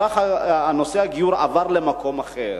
נושא הגיור עבר למקום אחר,